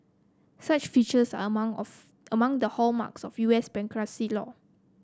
such features are among of among the hallmarks of U S bankruptcy law